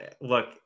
look